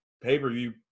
pay-per-view